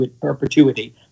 perpetuity